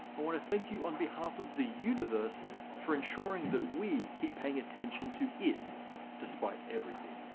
i want to thank you on behalf of the universe for ensuring that we keep paying attention to it despite everything.